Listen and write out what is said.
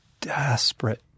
desperate